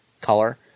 color